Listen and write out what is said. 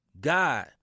God